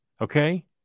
Okay